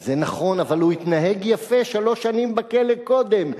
זה נכון, אבל הוא התנהג יפה שלוש שנים בכלא קודם.